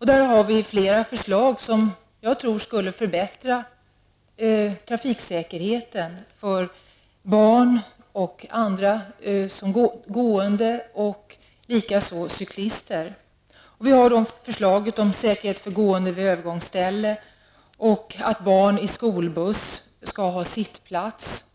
Vi har i detta sammanhang flera förslag som jag tror skulle förbättra trafiksäkerheten för barn, gående och cyklister. Vi har lagt fram förslag som rör gåendes säkerhet vid övergångsställen och om att barn i skolbuss skall ha sittplats.